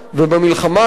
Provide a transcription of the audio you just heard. ובמלחמה הזאת,